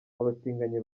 abatinganyi